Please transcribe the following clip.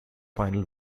final